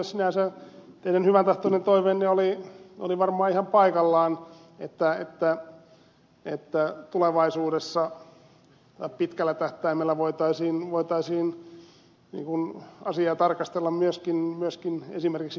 sinänsä teidän hyväntahtoinen toiveenne oli varmaan ihan paikallaan että tulevaisuudessa ja pitkällä tähtäimellä voitaisiin asiaa tarkastella myöskin esimerkiksi pienyrittäjien kannalta